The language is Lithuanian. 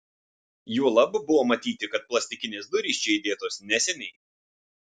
juolab buvo matyti kad plastikinės durys čia įdėtos neseniai